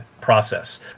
process